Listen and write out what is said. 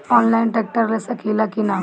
Online tractor ले सकीला कि न?